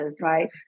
right